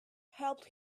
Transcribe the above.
helped